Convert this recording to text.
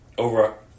Over